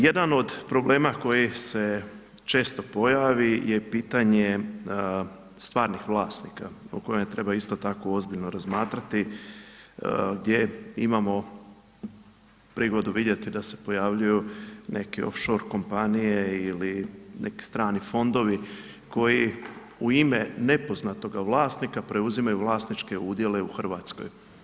Jedan od problema koji se često pojavi je pitanje stvarnih vlasnika o kojemu treba isto tako ozbiljno razmatrati, gdje imamo prigodu vidjeti da se pojavljuju neke offshore kompanije ili neki strani fondovi koji u ime nepoznatoga vlasnika preuzimaju vlasničke udjele u Hrvatskoj.